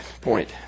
point